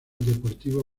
deportivo